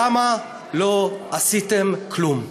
למה לא עשיתם כלום?